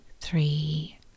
three